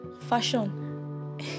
Fashion